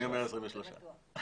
אני אומר 23 במארס.